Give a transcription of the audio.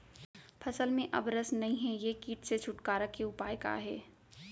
फसल में अब रस नही हे ये किट से छुटकारा के उपाय का हे?